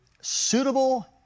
suitable